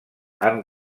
han